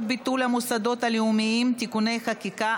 ביטול המוסדות הלאומיים (תיקוני חקיקה),